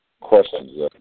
questions